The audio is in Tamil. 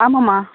ஆமாம்மா